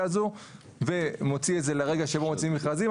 הזו ומוציא את זה לרגע שבו מוציאים מכרזים,